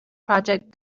project